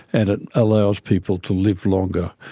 and it allows people to live longer.